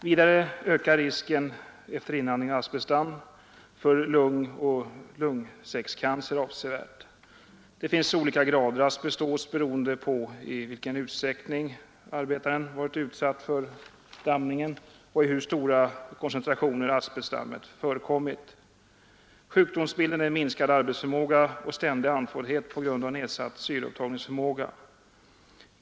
Vidare ökar risken efter inandning av asbestdamm för lungoch lungsäckscancer avsevärt. Det finns olika grader av asbestos beroende på i vilken utsträckning arbetaren varit utsatt för dammningen och i hur stora koncentrationer asbestdammet förekommit. Sjukdomsbilden är minskad arbetsförmåga och ständig andfåddhet på grund av nedsatt syreupptagningsförmåga.